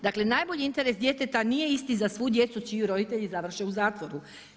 Dakle, najbolji interes djeteta, nije isti za svu djecu čiji roditelji završe u zatvoru.